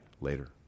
later